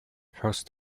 first